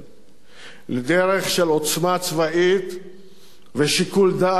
לדרך של עוצמה צבאית ושיקול דעת מדיני,